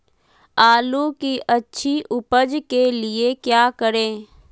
आलू की अच्छी उपज के लिए क्या करें?